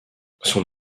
son